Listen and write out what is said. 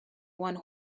one